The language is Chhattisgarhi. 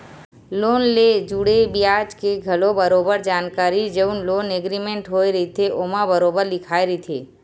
लोन ले जुड़े बियाज के घलो बरोबर जानकारी जउन लोन एग्रीमेंट होय रहिथे ओमा बरोबर लिखाए रहिथे